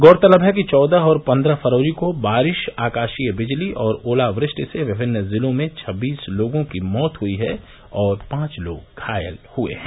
गौरतलब है कि चौदह और पन्द्रह फरवरी को बारिश आकाशीय बिजली और ओलावृष्टि से विभिन्न जिलों में छब्बीस लोगों की मौत हुई है और पांच लोग घायल हुए हैं